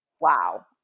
wow